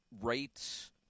Rates